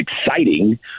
exciting